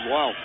Wow